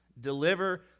deliver